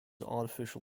artificial